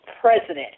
president